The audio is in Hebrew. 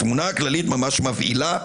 התמונה הכללית ממש מבהילה".